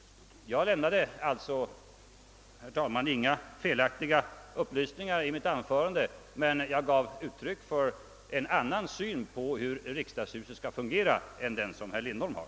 Jag lämnade alltså, herr talman, inga felaktiga upplysningar i mitt anförande, men jag gav uttryck för en annan syn på hur riksdagens hus skall fungera än den som herr Lindholm har.